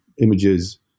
images